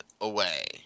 away